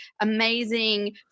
amazing